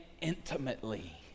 intimately